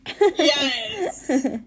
yes